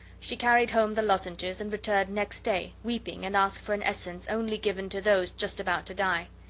she carried home the lozenges and returned next day weeping, and asked for an essence only given to those just about to die.